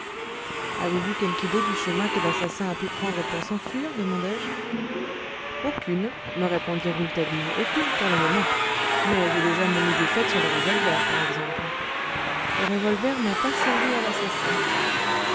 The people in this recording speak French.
avez-vous quelque idée du chemin que l'assassin a pu prendre pour s'enfuir demandai-je aucune me répondit rouletabille aucune pour le moment mais j'ai déjà mon idée faite sur le revolver par exemple le revolver n'a pas servi à l'assassin